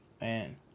man